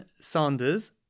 Sanders